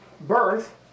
birth